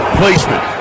placement